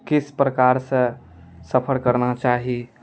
कोन प्रकार सऽ सफर करबा चाही